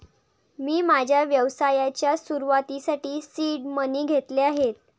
मी माझ्या व्यवसायाच्या सुरुवातीसाठी सीड मनी घेतले आहेत